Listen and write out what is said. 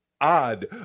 odd